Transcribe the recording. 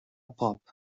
pop